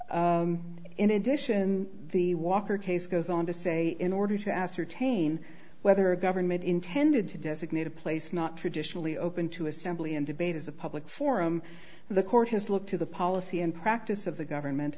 act in addition the walker case goes on to say in order to ascertain whether a government intended to designate a place not traditionally open to assembly and debate is a public forum the court has looked to the policy and practice of the government